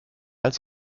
als